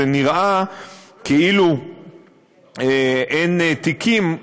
זה נראה כאילו אין תיקים,